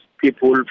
people